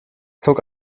zog